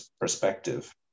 perspective